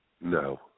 No